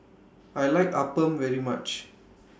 I like Appam very much